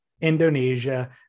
indonesia